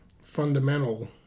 fundamental